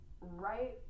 right